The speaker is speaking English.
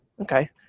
Okay